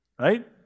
right